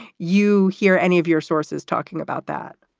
you hear any of your sources talking about that